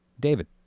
David